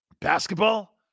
Basketball